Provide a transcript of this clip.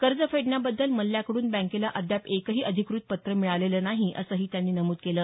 कर्ज फेडण्याबद्दल मल्ल्याकडून बँकेला अद्याप एकही अधिकृत पत्र मिळालेलं नाही असंही त्यांनी नमूद केलं